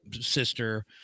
sister